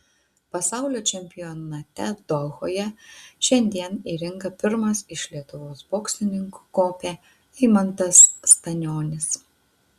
pasaulio čempionate dohoje šiandien į ringą pirmas iš lietuvos boksininkų kopė eimantas stanionis